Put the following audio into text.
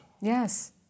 Yes